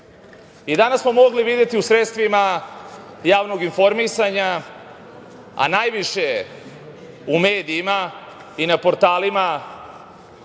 smo mogli videti u sredstvima javnog informisanja, a najviše u medijima i na portalima